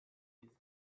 his